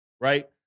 Right